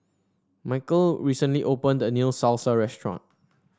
Mykel recently opened a new Salsa restaurant